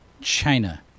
China